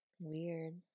Weird